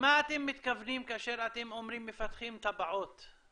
למה אתם מתכוונים כשאתם אומרים שאתם מפתחים תב"עות?